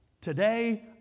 Today